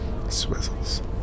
Swizzles